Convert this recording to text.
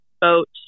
boat